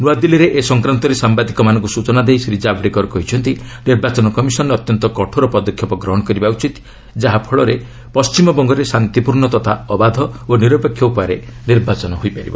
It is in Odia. ନୂଆଦିଲ୍ଲୀରେ ଏ ସଂକ୍ରାନ୍ତରେ ସାମ୍ବାଦିକମାନଙ୍କୁ ସୂଚନା ଦେଇ ଶ୍ରୀ ଜାବ୍ଡେକର କହିଛନ୍ତି ନିର୍ବାଚନ କମିଶନ ଅତ୍ୟନ୍ତ କଠୋର ପଦକ୍ଷେପ ଗ୍ରହଣ କରିବା ଉଚିତ ଯାହାଫଳରେ ପଣ୍ଟିମବଙ୍ଗରେ ଶାନ୍ତିପୂର୍ଣ୍ଣ ତଥା ଅବାଧ ଓ ନିରପେକ୍ଷ ଉପାୟରେ ନିର୍ବାଚନ ହୋଇପାରିବ